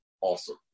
awesome